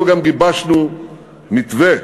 אנחנו גם גיבשנו מתווה